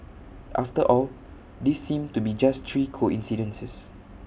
after all these seem to be just three coincidences